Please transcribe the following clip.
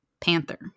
panther